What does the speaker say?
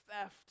theft